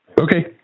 Okay